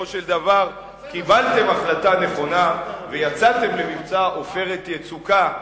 ובסופו של דבר קיבלתם החלטה נכונה ויצאתם למבצע "עופרת יצוקה",